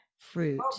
fruit